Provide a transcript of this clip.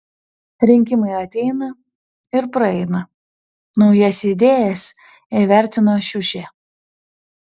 rinkimai ateina ir praeina naujas idėjas įvertino šiušė